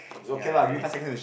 ya ya at least ah